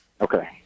Okay